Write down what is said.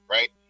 Right